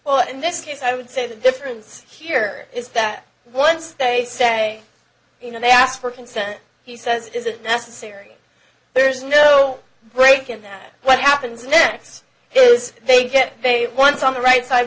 all in this case i would say the difference here is that once they say you know they asked for consent he says is it necessary there's no break and then what happens next is they get they once on the right side